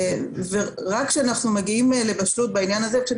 רק כשאנחנו מגיעים לבשלות בעניין הזה וכשאני